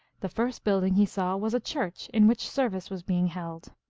the first building he saw was a church, in which service was being held.